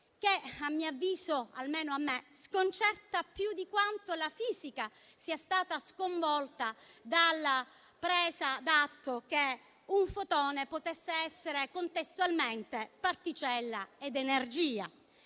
che, a mio avviso, sconcerta più di quanto la fisica sia stata sconvolta dalla presa d'atto che un fotone potesse essere contestualmente particella ed energia.